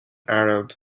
arab